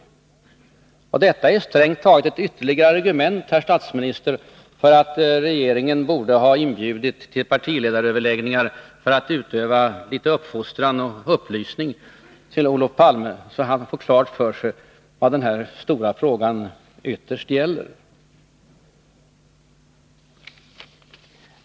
Detta är, herr statsminister, strängt taget ett ytterligare argument för att regeringen borde ha inbjudit till partiledaröverläggningar, där man hade kunnat utöva litet uppfostran och upplysning på Olof Palme, så att han fått klart för sig vad den här stora frågan ytterst gäller.